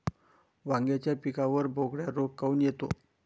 वांग्याच्या पिकावर बोकड्या रोग काऊन येतो?